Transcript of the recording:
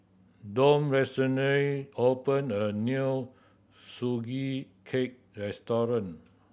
Donn recently opened a new Sugee Cake restaurant